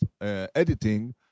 editing